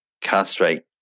castrate